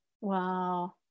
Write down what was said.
Wow